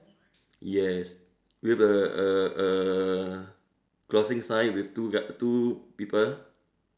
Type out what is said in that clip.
yes with a a a crossing sign with two guard two people